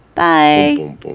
Bye